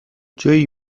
جویی